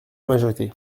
majorité